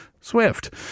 Swift